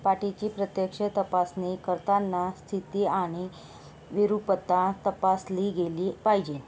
पाठीची प्रत्यक्ष तपासणी करताना स्थिती आणि विरूपता तपासली गेली पाहिजे